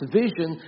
vision